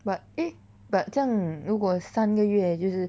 but eh but 这样如果三个月也就是